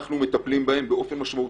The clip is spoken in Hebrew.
אנחנו מטפלים בהם באופן משמעותי.